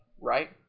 right